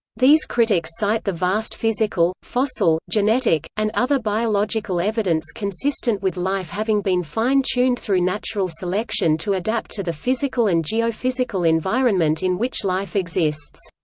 these critics cite the vast physical, fossil, genetic, and other biological evidence consistent with life having been fine-tuned through natural selection to adapt to the physical and geophysical geophysical environment in which life exists.